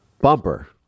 Bumper